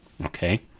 Okay